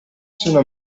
sono